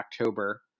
october